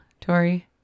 Tori